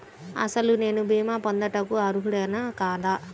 అసలు నేను భీమా పొందుటకు అర్హుడన కాదా?